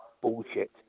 bullshit